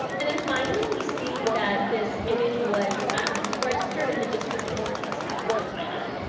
and then finally we see that this image was registered in the district court of south carolina.